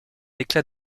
éclat